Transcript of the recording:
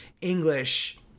english